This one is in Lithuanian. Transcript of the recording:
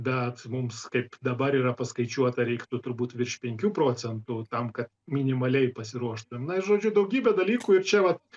bet mums kaip dabar yra paskaičiuota reiktų turbūt virš penkių procentų tam kad minimaliai pasiruoštumėm na ir žodžiu daugybė dalykų ir čia vat